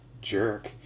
jerk